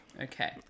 Okay